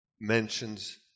mentions